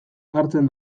hartzen